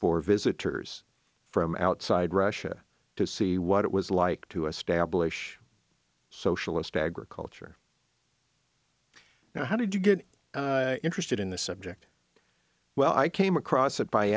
for visitors from outside russia to see what it was like to establish socialist agriculture now how did you get interested in the subject well i came across it by